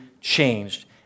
changed